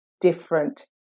different